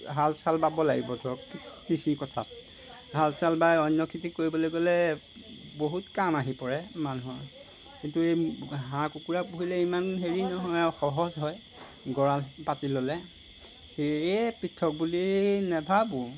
হাল চাল বাব লাগিব ধৰক কৃষিৰ কথা হাল চাল বাই অন্য খেতি কৰিবলৈ গ'লে বহুত কাম আহি পৰে মানুহৰ কিন্তু এই হাঁহ কুকুৰা পুহিলে ইমান হেৰি নহয় আৰু সহজ হয় গঁৰাল পাতি ল'লে সেয়ে পৃথক বুলি নাভাবোঁ